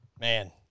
Man